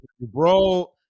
bro